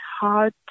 hard